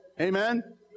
Amen